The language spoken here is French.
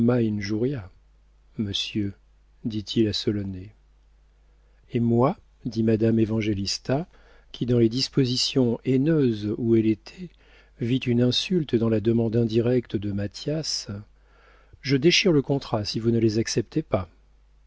monsieur dit-il à solonet et moi dit madame évangélista qui dans les dispositions haineuses où elle était vit une insulte dans la demande indirecte de mathias je déchire le contrat si vous ne les acceptez pas